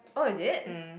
oh is it